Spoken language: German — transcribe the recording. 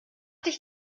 dich